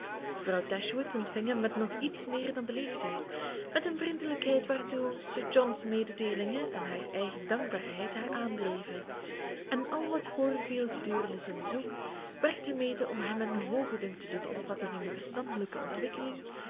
mevrouw dashwood ontving hem met nog iets meer dan beleefdheid met een vriendelijkheid waartoe sir john's mededeelingen en haar eigen dankbaarheid haar aandreven en al wat voorviel gedurende zijn bezoek werkte mede om hem een hoogen dunk te doen opvatten van de verstandelijke ontwikkeling